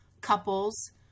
couples